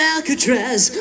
Alcatraz